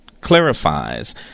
clarifies